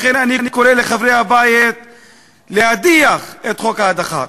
לכן אני קורא לחברי הבית להדיח את חוק ההדחה.